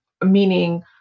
meaning